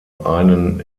einen